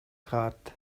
heart